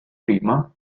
prima